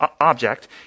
object